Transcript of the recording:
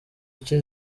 icyo